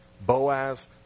Boaz